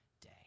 day